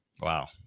Wow